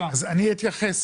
אני אתייחס.